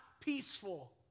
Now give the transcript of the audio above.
peaceful